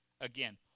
again